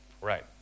Right